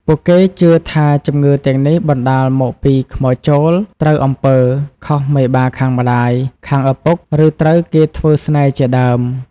ពួកគេជឿថាជំងឺទាំងនេះបណ្តាលមកពីខ្មោចចូល ត្រូវអំពើ ខុសមេបាខាងម្តាយ ខាងឪពុក ឬត្រូវគេធ្វើស្នេហ៍ជាដើម។